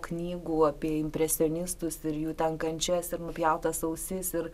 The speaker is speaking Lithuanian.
knygų apie impresionistus ir jų ten kančias ir nupjautas ausis ir